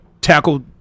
tackle